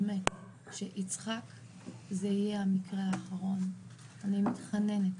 באמת שיצחק זה יהיה המקרה האחרון, אני מתחננת,